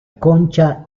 concha